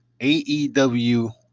AEW